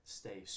stay